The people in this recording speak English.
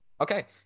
Okay